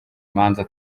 imanza